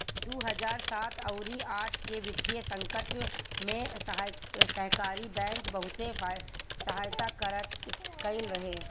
दू हजार सात अउरी आठ के वित्तीय संकट में सहकारी बैंक बहुते सहायता कईले रहे